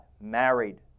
married